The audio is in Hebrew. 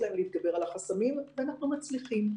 להם להתגבר על החסמים ואנחנו מצליחים.